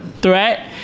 threat